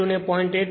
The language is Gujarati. I2 ને 0